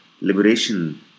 liberation